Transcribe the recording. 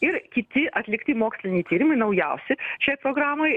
ir kiti atlikti moksliniai tyrimai naujausi šiai programai